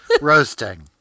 roasting